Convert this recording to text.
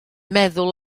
meddwl